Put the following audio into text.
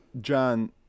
John